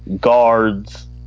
guards